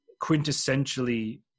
quintessentially